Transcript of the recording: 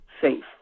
Safe